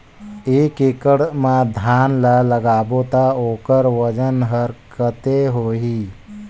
एक एकड़ मा धान ला लगाबो ता ओकर वजन हर कते होही?